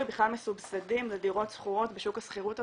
בכלל מסובסדים בדירות שכורות בשוק השכירות הפרטי.